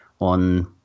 on